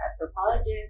anthropologist